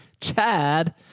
Chad